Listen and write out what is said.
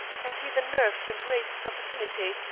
has he the nerve to embrace his opportunity,